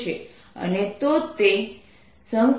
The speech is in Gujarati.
અને તો તે E